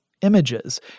images